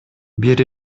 бир